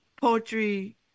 poetry